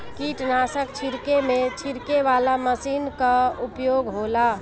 कीटनाशक छिड़के में छिड़के वाला मशीन कअ उपयोग होला